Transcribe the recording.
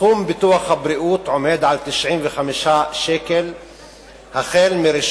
סכום ביטוח הבריאות עומד על 95 שקל לחודש מ-1